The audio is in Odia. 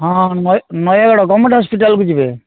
ହଁ ନୟାଗଡ଼ ଗଭର୍ଣ୍ଣମେଣ୍ଟ ହସ୍ପିଟାଲକୁ ଯିବେ